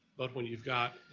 but when you've got,